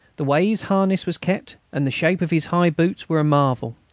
the way his harness was kept and the shape of his high boots were a marvel.